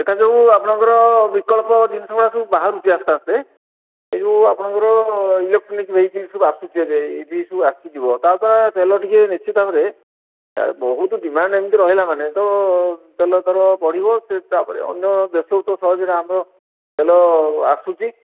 ଦେଖାଯାଉ ଆପଣଙ୍କର ବିକଳ୍ପ ଜିନିଷ ଗୁଡ଼ାକ ବାହାରୁଛି ଆସ୍ତେ ଆସ୍ତେ ଏ ଯେଉଁ ଆପଣଙ୍କର ଇଲେକ୍ଟ୍ରୋନିକ୍ ଭେଇକିଲ୍ ସବୁ ଆସୁଛି ଏବେ ଏବେ ସବୁ ଆସିଯିବ ତାଦ୍ଵାରା ତେଲ ଟିକିଏ ନିଶ୍ଚିତ ଭାବରେ ଆଉ ବହୁତ ଡ଼ିମାଣ୍ଡ୍ ଏମିତି ରହିଲା ମାନେ ତ ତେଲ ଦର ବଢ଼ିବ ସେ ତାପରେ ଅନ୍ୟ ଦେଶକୁ ତ ସହଜରେ ଆମ ତେଲ ଆସୁଛି